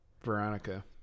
veronica